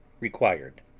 required.